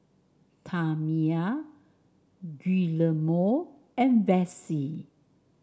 Tamia Guillermo and Vessie